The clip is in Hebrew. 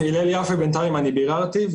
ביררתי,